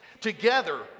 Together